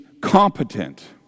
competent